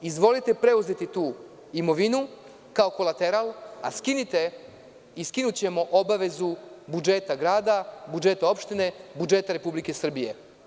Izvolite preuzeti tu imovinu kao kolateral, a skinite i skinućemo obavezu budžeta grada, budžeta opštine, budžeta Republike Srbije.